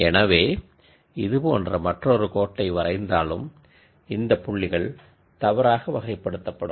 எனவே இது போன்ற மற்றொரு கோட்டை வரைந்தாலும் இந்தப் பாயிண்டுகள் தவறாக கிளாஸ்ஸிஃபை செய்யப்படும்